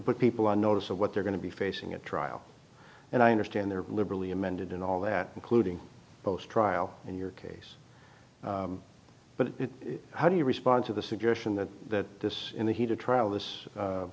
put people on notice of what they're going to be facing a trial and i understand they're liberally amended in all that including post trial in your case but how do you respond to the suggestion that this in the heat of trial this